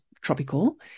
tropical